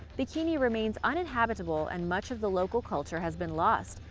bikini remains uninhabitable and much of the local culture has been lost,